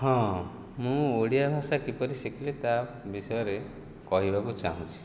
ହଁ ମୁଁ ଓଡ଼ିଆ ଭାଷା କିପରି ଶିଖିଲି ତା'ବିଷୟରେ କହିବାକୁ ଚାହୁଁଛି